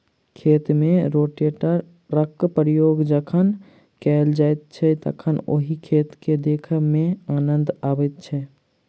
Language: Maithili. खेत मे रोटेटरक प्रयोग जखन कयल जाइत छै तखन ओहि खेत के देखय मे आनन्द अबैत छै